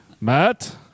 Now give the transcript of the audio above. Matt